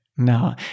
No